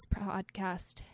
podcast